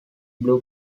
blue